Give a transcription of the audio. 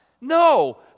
No